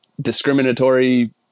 discriminatory